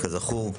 כזכור.